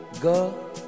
girl